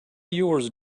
yours